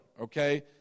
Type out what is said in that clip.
okay